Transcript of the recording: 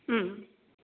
ও